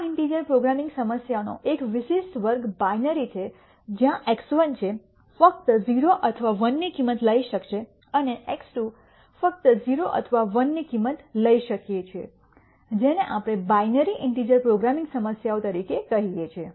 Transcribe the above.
આ integer programming સમસ્યાઓનો એક વિશેષ વર્ગ બાઈનરી છે જ્યાં x1 છે ફક્ત 0 અથવા 1 ની કિંમત લઈ શકશે અને x2 ફક્ત 0 અથવા 1 ની કિંમત લઈ શકીએ છીએ જેને આપણે બાઈનરી ઇન્ટિજર પ્રોગ્રામિંગ સમસ્યાઓ તરીકે કહીએ છીએ